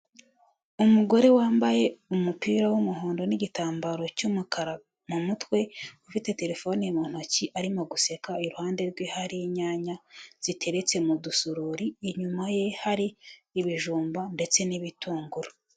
Umugore wambaye umupira w'umuhondo n'igitambaro c'yumukara mu mutwe ufite telefone mu ntoki arimo guseka, iruhande rwe hari inyanya ziteretse mu dusurori, inyuma ye hari ibijumba ndetse n'ibitunguru.